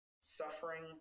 Suffering